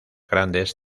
grandes